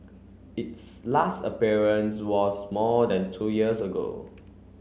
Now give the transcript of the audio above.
its last appearance was more than two years ago